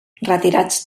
retirats